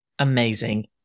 amazing